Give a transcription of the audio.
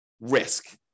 risk